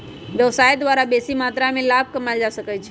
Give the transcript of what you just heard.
व्यवसाय द्वारा बेशी मत्रा में लाभ कमायल जा सकइ छै